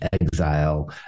exile